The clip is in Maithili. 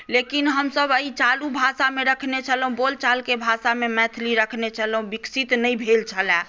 लेकिन हमसभ एहि चालू भाषामे रखने छलहुँ बोलचालके भाषामे मैथिली रखने छलहुँ विकसित नहि भेल छलए